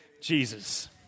Jesus